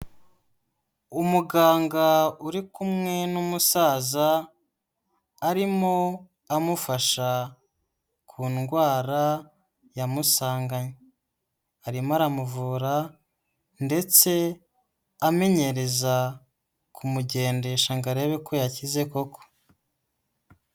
Umuganga uri kumwe n'umusaza, arimo amufasha ku ndwara yamusanganye. Arimo aramuvura ndetse amenyereza kumugendesha ngo arebe ko yakize koko.